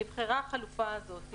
נבחרה החלופה הזאת.